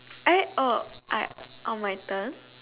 eh oh I oh my turn